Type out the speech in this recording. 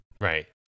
Right